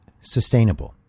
sustainable